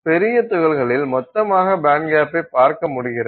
பெரிய துகள்கலில் மொத்தமாக பேண்ட்கேப்பை பார்க்க முடிகிறது